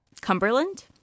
Cumberland